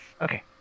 okay